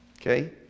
Okay